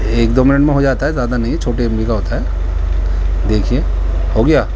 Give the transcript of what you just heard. ایک دو منٹ میں ہو جاتا ہے زیادہ نہیں چھوٹی ایم بی کا ہوتا ہے دیکھیے ہو گیا